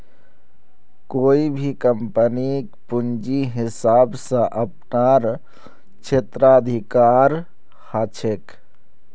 कोई भी कम्पनीक पूंजीर हिसाब स अपनार क्षेत्राधिकार ह छेक